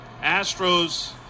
Astros